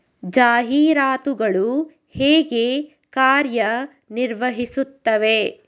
ಜಾಹೀರಾತುಗಳು ಹೇಗೆ ಕಾರ್ಯ ನಿರ್ವಹಿಸುತ್ತವೆ?